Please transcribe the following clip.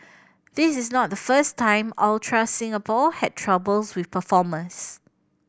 this is not the first time Ultra Singapore had troubles with performers